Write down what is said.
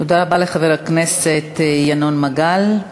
תודה רבה לחבר הכנסת ינון מגל.